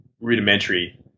rudimentary